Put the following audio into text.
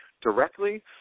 directly